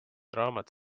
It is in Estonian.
raamat